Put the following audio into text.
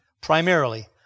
primarily